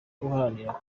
uharanira